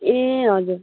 ए हजुर